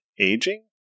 aging